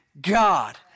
God